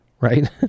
Right